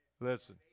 Listen